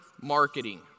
marketing